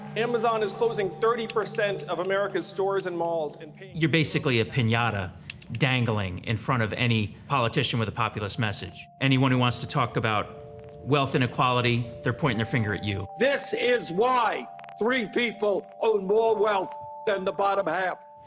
amazon is closing thirty percent of america's stores and malls and paying. you're basically a pinata dangling in front of any politician with a populist message. anyone who wants to talk about wealth inequality, they're pointing their finger at you. this is why three people own more wealth than the bottom half.